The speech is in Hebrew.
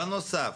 בנוסף,